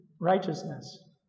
righteousness